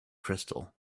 crystal